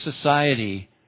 society